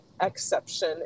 exception